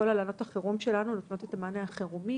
כל מסגרות החירום שלנו נותנות את המענה החירומי